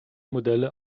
modelle